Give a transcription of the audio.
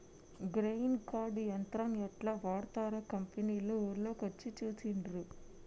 grain cart యంత్రం యెట్లా వాడ్తరో కంపెనోళ్లు ఊర్ల కొచ్చి చూపించిన్లు